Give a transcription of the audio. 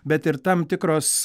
bet ir tam tikros